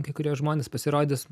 kai kurie žmonės pasirodys